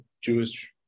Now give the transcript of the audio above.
Jewish